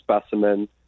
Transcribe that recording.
specimen